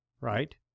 right